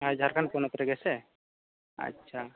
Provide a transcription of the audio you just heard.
ᱡᱷᱟᱲᱠᱷᱚᱸᱰ ᱯᱚᱱᱚᱛᱨᱮᱜᱮ ᱥᱮ ᱟᱪᱪᱷᱟ